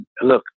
look